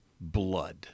blood